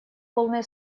полное